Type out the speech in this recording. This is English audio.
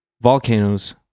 Volcanoes